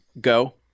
go